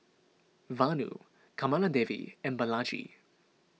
Vanu Kamaladevi and Balaji